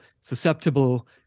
susceptible